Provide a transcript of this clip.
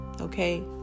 Okay